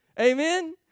Amen